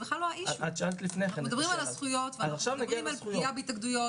אנחנו מדברים על הזכויות ועל פגיעה בהתאגדויות